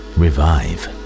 revive